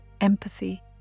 empathy